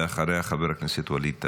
ואחריה, חבר הכנסת ווליד טאהא.